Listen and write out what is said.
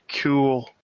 Cool